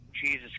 Jesus